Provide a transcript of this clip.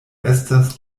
estas